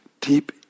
deep